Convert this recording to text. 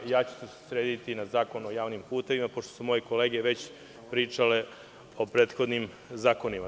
Ja ću se usredsrediti na Zakon o javnim putevima, pošto su moje kolege već pričale o prethodnim zakonima.